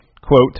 quote